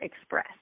express